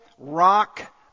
Rock